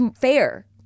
fair